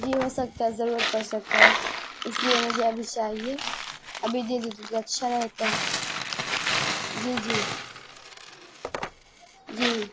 جی ہو سکتا ہے ضرورت پڑ سکتا ہے اس لیے مجھے ابھی چاہیے ابھی دے دیتی تو اچھا رہتا ہے جی جی جی